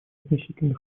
относительно